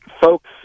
folks